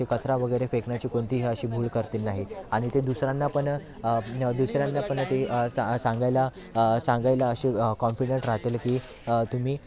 अशी कचरा वगैरे फेकण्याची कोणतीही अशी भूल करतील नाही आणि ते दुसऱ्यांना पण दुसऱ्यांना पण ते स सांगायला सांगायला अशी कॉन्फिडन्ट राहतील की तुम्ही